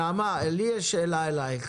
נעמה, לי יש שאלה אלייך: